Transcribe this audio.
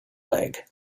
leg